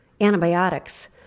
antibiotics